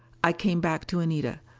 i came back to anita.